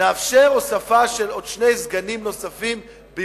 נאפשר הוספה של עוד שני סגנים בירושלים,